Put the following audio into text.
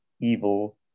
evil